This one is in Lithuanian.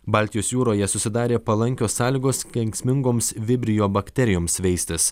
baltijos jūroje susidarė palankios sąlygos kenksmingoms vibrio bakterijoms veistis